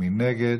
מי נגד?